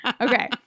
Okay